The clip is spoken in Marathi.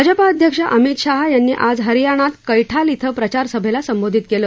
भाजपा अध्यक्ष अमित शाह यांनी आज हरियाणात कैठाल श्वें प्रचारसभेला संबोधित केलं